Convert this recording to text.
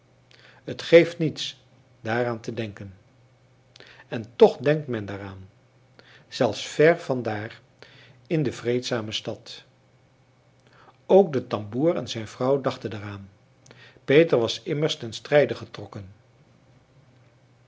het geeft niets daaraan te denken en toch denkt men daaraan zelfs ver van daar in de vreedzame stad ook de tamboer en zijn vrouw dachten daaraan peter was immers ten strijde getrokken